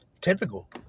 Typical